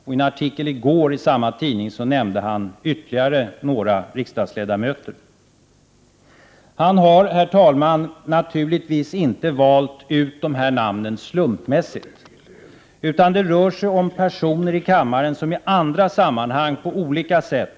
I en artikel i går i samma tidning nämnde han ytterligare några riksdagsledamöter. Han har, herr talman, naturligtvis inte valt ut dessa namn slumpmässigt. Det rör sig om personer i kammaren som i andra sammanhang på olika sätt Prot.